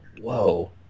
whoa